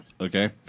Okay